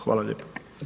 Hvala lijepo.